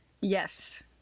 yes